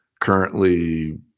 currently